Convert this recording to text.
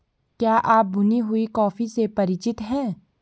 क्या आप भुनी हुई कॉफी से परिचित हैं?